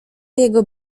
jego